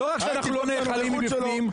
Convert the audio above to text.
לא רק שאנחנו לא נגמרים מבפנים,